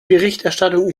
berichterstattung